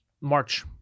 March